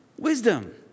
wisdom